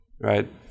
right